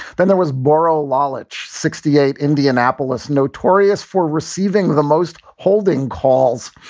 then there was borro lalage, sixty eight, indianapolis, notorious for receiving the most holding calls.